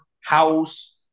house